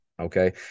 Okay